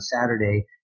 Saturday